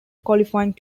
qualifying